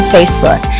Facebook